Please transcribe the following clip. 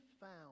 found